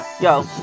Yo